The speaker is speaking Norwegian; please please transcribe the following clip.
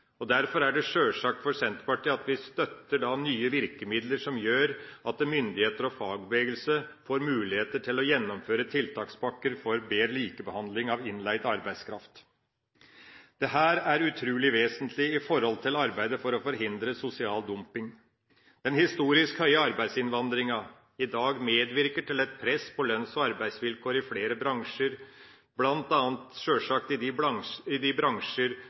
Derfor er det sjølsagt for Senterpartiet at vi støtter nye virkemidler som gjør at myndigheter og fagbevegelse får muligheter til å gjennomføre tiltakspakker for mer likebehandling av innleid arbeidskraft. Dette er utrolig vesentlig med tanke på arbeidet for å forhindre sosial dumping. Den historisk høye arbeidsinnvandringa i dag medvirker til et press på lønns- og arbeidsvilkår i flere bransjer, bl.a. – sjølsagt – i de